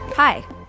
Hi